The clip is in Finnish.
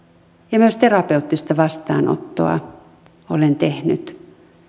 ja myös terapeuttista vastaanottoa olen tehnyt